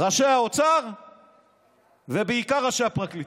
ראשי האוצר ובעיקר ראשי הפרקליטות.